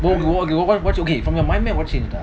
what okay what okay from your mindmap what changed ah